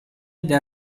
del